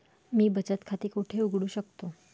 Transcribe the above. मी बचत खाते कोठे उघडू शकतो?